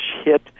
hit